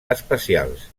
espacials